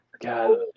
God